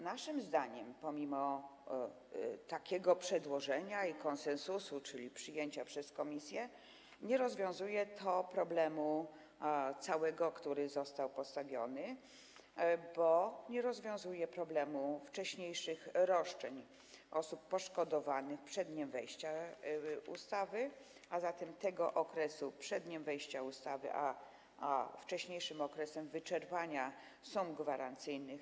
Naszym zdaniem pomimo takiego przedłożenia i konsensusu, czyli przyjęcia przez komisję, nie rozwiązuje to całego problemu, który został przedstawiony, bo nie rozwiązuje problemu wcześniejszych roszczeń osób poszkodowanych przed dniem wejścia ustawy, a zatem tego okresu przed dniem wejścia ustawy, jeśli chodzi o wcześniejszy okres wyczerpania sum gwarancyjnych.